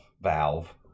valve